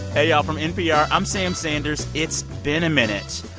hey, y'all. from npr, i'm sam sanders. it's been a minute.